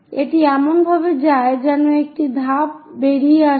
এটি এমনভাবে যায় যেন একটি ধাপ বেরিয়ে আসে